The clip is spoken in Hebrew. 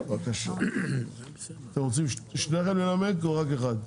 אתם רוצים שניכם לנמק או רק אחד?